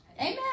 Amen